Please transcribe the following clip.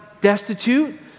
destitute